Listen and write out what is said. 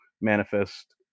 manifest